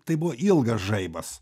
tai buvo ilgas žaibas